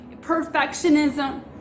perfectionism